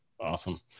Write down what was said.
Awesome